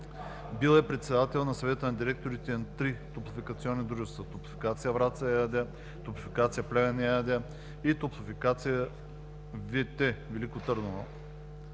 Бил е председател на Съвета на директорите на три топлофикационни дружества, „Топлофикация – Враца“ ЕАД, „Топлофикация – Плевен“ ЕАД и „Топлофикация – ВТ“ Велико Търново